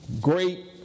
great